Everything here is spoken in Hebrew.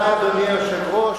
אדוני היושב-ראש,